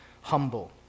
humble